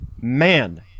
Man